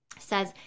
says